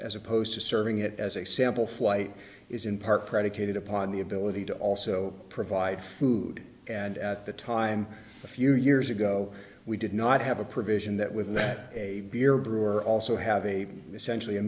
as opposed to serving it as a sample flight is in part predicated upon the ability to also provide food and at the time a few years ago we did not have a provision that within that a beer brewer also have a essentially a